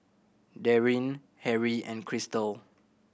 Darrien Harrie and Cristal